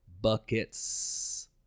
buckets